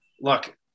Look